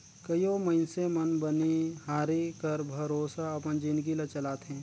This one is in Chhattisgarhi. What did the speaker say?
कइयो मइनसे मन बनिहारी कर भरोसा अपन जिनगी ल चलाथें